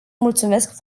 mulțumesc